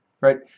right